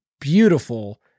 beautiful